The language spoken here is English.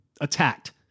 attacked